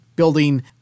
building